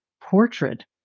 portrait